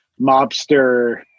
mobster